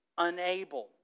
Unable